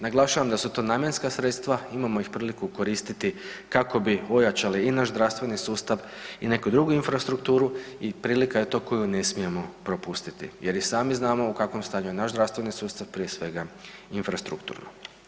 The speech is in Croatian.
Naglašavam da su to namjenska sredstva imamo ih priliku koristiti kako bi ojačali i naš zdravstveni sustav i neku drugu infrastrukturu i prilika je to koju ne smijemo propustiti jer i sami znamo u kakvom stanju je naš zdravstveni sustava prije svega infrastrukturno.